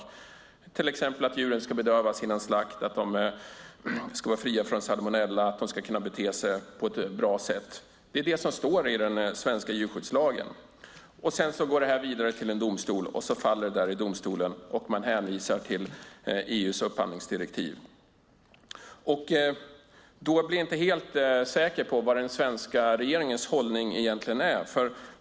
Det gäller till exempel att djuren ska bedövas före slakt, att de ska vara fria från salmonella och att de ska kunna bete sig på ett bra sätt. Det är det som står i den svenska djurskyddslagen. Sedan går detta vidare till en domstol, och så faller det i domstolen och man hänvisar till EU:s upphandlingsdirektiv. Jag är inte helt säker på vad den svenska regeringens hållning egentligen är.